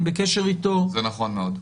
זה נכון מאוד.